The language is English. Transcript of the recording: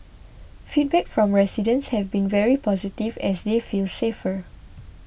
feedback from residents have been very positive as they feel safer